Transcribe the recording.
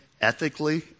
ethically